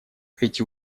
эти